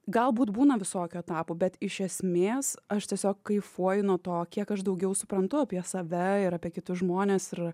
galbūt būna visokių etapų bet iš esmės aš tiesiog kaifuoju nuo to kiek aš daugiau suprantu apie save ir apie kitus žmones ir